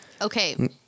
Okay